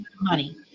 money